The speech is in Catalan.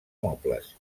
mobles